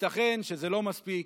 ייתכן שזה לא מספיק,